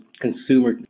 consumer